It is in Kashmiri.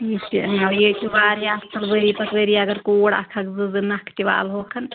یُس تہِ یےَ چھُ واریاہ اَصٕل ؤری پَتہٕ ؤری اگر کوٗر اَکھ اَکھ زٕ زٕ نَکھٕ تہِ والہوکھ